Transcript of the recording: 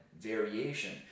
variation